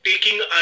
Taking